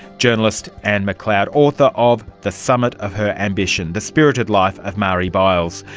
journalist anne mcleod, author of the summit of her ambition the spirited life of marie byles.